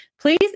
Please